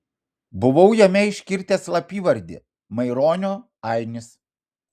buvau jame iškirtęs slapyvardį maironio ainis